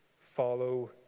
follow